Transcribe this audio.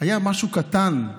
היה משהו קטן.